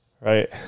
Right